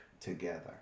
together